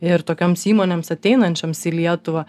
ir tokioms įmonėms ateinančioms į lietuvą